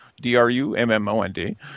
D-R-U-M-M-O-N-D